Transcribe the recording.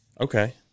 Okay